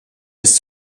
ist